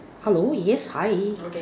hello yes hi